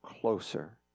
closer